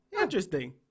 Interesting